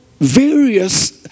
various